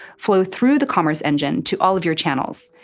flow through the commerce engine to all of your channels,